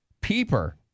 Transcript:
peeper